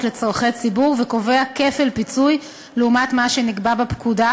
לצורכי ציבור וקובע כפל פיצוי לעומת מה שנקבע בפקודה,